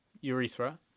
Urethra